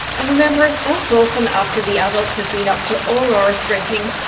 and remember that's often after the adults have been up to all hours drinking.